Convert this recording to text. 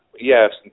Yes